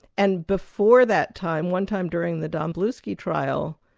and before that time, one time during the domblewski trial,